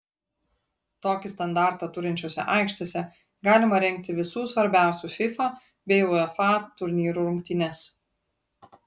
tokį standartą turinčiose aikštėse galima rengti visų svarbiausių fifa bei uefa turnyrų rungtynes